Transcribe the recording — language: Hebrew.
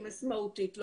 משמעותית?